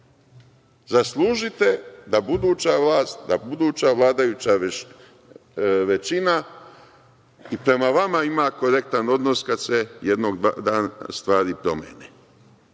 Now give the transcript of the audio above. Zaslužite da buduća vlast, da buduća vladajuća većina i prema vama ima korektan odnos kad se jednog dana stvari promene. Ako